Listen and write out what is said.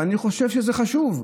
אני חושב שזה חשוב,